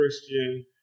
Christian